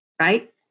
Right